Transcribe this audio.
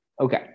Okay